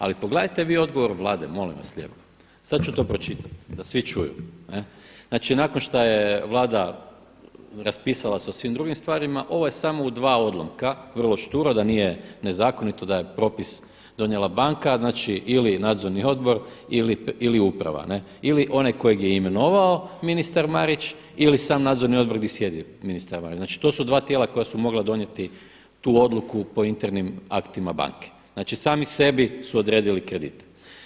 Ali pogledajte vi odgovor Vlade molim vas lijepo, sada ću to pročitati da svi čuju znači nakon šta je Vlada raspisala se o svim drugim stvarima, ovo je samo u dva odlomka, vrlo šturo da nije nezakonito da je propis donijela banka, znači ili nadzorni odbor ili uprava ili onaj koga je imenovao ministar Marić ili sam nadzorni odbor gdje sjedi ministar Marić, znači to su dva tijela koja su mogla donijeti tu odluku po internim aktima banke, znači sami sebi su odredili kredite.